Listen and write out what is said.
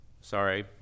sorry